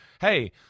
hey